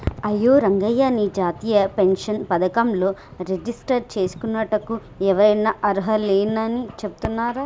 అయ్యో రంగయ్య నీ జాతీయ పెన్షన్ పథకంలో రిజిస్టర్ చేసుకోనుటకు ఎవరైనా అర్హులేనని చెబుతున్నారు